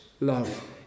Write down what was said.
love